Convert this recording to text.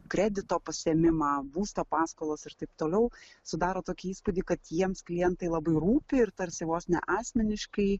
kredito pasiėmimą būsto paskolos ir taip toliau sudaro tokį įspūdį kad jiems klientai labai rūpi ir tarsi vos ne asmeniškai